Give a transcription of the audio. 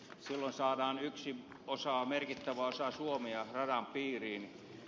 silloin saadaan yksi merkittävä osa suomea radan piiriin